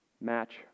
match